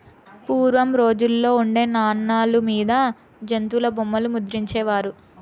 పూర్వం రోజుల్లో ఉండే నాణాల మీద జంతుల బొమ్మలు ముద్రించే వారు